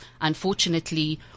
unfortunately